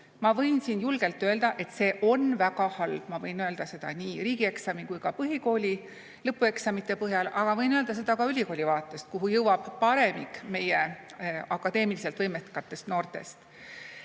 Ma võin julgelt öelda, et see on väga halb, ma võin öelda seda nii riigieksami kui ka põhikooli lõpueksamite põhjal, aga võin seda öelda ka ülikooli vaatest, kuhu jõuab paremik meie akadeemiliselt võimekatest noortest.